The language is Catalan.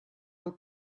del